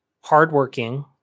hardworking